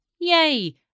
Yay